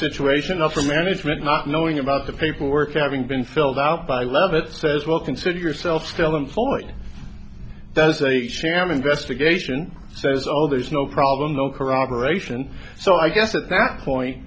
situation of a management not knowing about the paperwork having been filled out by love it says well consider yourself still employed that's a sham investigation so it's all there's no problem no corroboration so i guess at that point